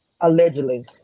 Allegedly